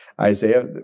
Isaiah